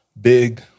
big